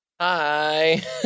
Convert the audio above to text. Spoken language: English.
Hi